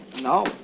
No